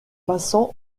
passants